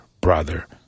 brother